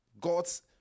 God's